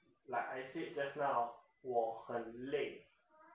like I said just now 我很累